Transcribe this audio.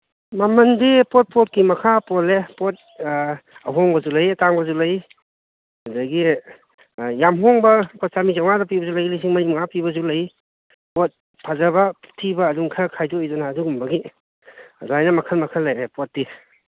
ꯃꯃꯟꯗꯤ ꯄꯣꯠ ꯄꯣꯠꯀꯤ ꯃꯈꯥ ꯄꯣꯜꯂꯦ ꯄꯣꯠ ꯑꯍꯣꯡꯕꯁꯨ ꯂꯩ ꯑꯇꯥꯡꯕꯁꯨ ꯂꯩ ꯑꯗꯒꯤ ꯌꯥꯝ ꯍꯣꯡꯕ ꯂꯨꯄꯥ ꯆꯥꯝꯃꯔꯤ ꯆꯧꯉꯥꯗ ꯄꯤꯕꯁꯨ ꯂꯩ ꯂꯤꯁꯤꯡ ꯃꯔꯤ ꯃꯉꯥ ꯄꯤꯕꯁꯨ ꯂꯩ ꯄꯣꯠ ꯐꯖꯕ ꯊꯤꯕ ꯑꯗꯨꯝ ꯈꯔ ꯈꯥꯏꯗꯣꯛꯏꯗꯅ ꯑꯗꯨꯒꯨꯝꯕ ꯑꯗꯨꯃꯥꯏꯅ ꯃꯈꯟ ꯃꯈꯟ ꯂꯩꯔꯦ ꯄꯣꯠꯇꯤ